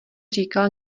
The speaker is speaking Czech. říkal